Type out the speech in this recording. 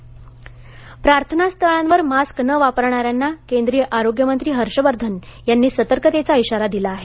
हर्ष वर्धन प्रार्थनास्थळांवर मास्क न वापरणाऱ्यांना केंद्रीय आरोग्य मंत्री हर्ष वर्धन यांनी सतर्कतेचा इशारा दिला आहे